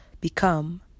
become